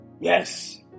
Yes